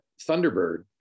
Thunderbird